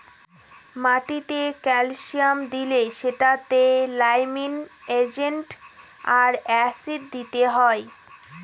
মাটিতে ক্যালসিয়াম দিলে সেটাতে লাইমিং এজেন্ট আর অ্যাসিড দিতে হয়